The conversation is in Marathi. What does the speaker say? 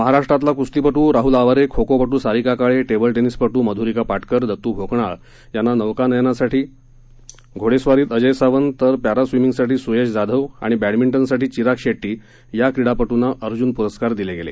महाराष्ट्रातल्या क्स्तीपटू राहल आवारे खो खोपटू सारिका काळे टेबल टेनिसपटू मध्रिका पाटकर दत् भोकनाळ यांना नौकानयनासाठी घोडेस्वारीत अजय सावंत तर पॅरास्विमिंगसाठी स्यश जाधव आणि बॅडमिंटनसाठी चिराग शेट्टी या क्रीडापटूंना अर्जून पुरस्कार दिले गेले